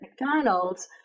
McDonald's